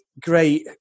great